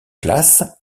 classe